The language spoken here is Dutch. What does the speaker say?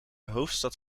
hoofdstad